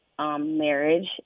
marriage